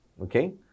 Okay